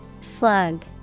Slug